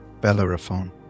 Bellerophon